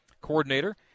coordinator